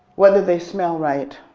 whether they smell right,